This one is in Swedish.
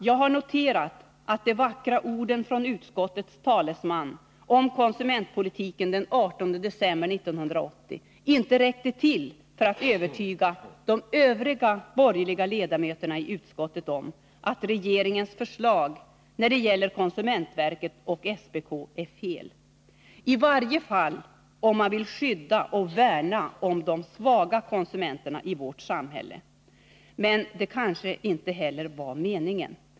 Jag har noterat att de vackra orden från utskottets talesman om konsumentpolitiken den 18 december 1980 inte räckte till för att övertyga de övriga borgerliga ledamöterna i utskottet om att regeringens förslag när det gäller konsumentverket och SPK är fel — i varje fall om man vill skydda och värna om de svaga konsumenterna i vårt samhälle. Men det kanske inte heller var meningen.